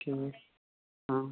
ٹھیٖک اۭں